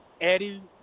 Eddie